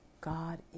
God